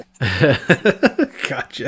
Gotcha